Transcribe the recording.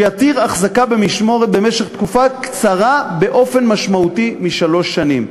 שיתיר החזקה במשמורת במשך תקופה קצרה באופן משמעותי משלוש שנים".